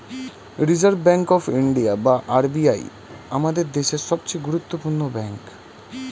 reserve bank of India বা RBI আমাদের দেশের সবচেয়ে গুরুত্বপূর্ণ ব্যাঙ্ক